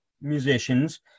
musicians